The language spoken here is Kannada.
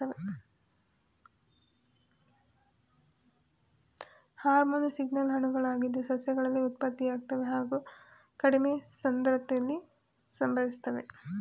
ಹಾರ್ಮೋನು ಸಿಗ್ನಲ್ ಅಣುಗಳಾಗಿದ್ದು ಸಸ್ಯಗಳಲ್ಲಿ ಉತ್ಪತ್ತಿಯಾಗ್ತವೆ ಹಾಗು ಕಡಿಮೆ ಸಾಂದ್ರತೆಲಿ ಸಂಭವಿಸ್ತವೆ